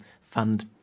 fund